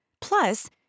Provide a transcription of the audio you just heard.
Plus